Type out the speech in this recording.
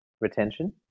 retention